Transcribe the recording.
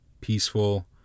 Peaceful